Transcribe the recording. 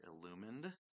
illumined